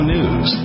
News